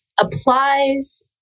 applies